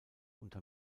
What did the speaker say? unter